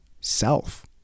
self